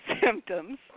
symptoms